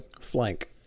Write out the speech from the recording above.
flank